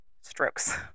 strokes